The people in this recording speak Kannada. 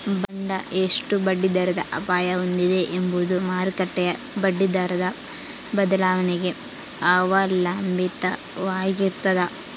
ಬಾಂಡ್ ಎಷ್ಟು ಬಡ್ಡಿದರದ ಅಪಾಯ ಹೊಂದಿದೆ ಎಂಬುದು ಮಾರುಕಟ್ಟೆಯ ಬಡ್ಡಿದರದ ಬದಲಾವಣೆಗೆ ಅವಲಂಬಿತವಾಗಿರ್ತದ